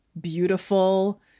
beautiful